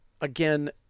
Again